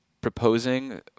proposing